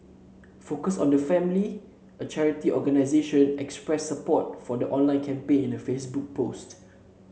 focus on the Family a charity organisation expressed support for the online campaign in a Facebook post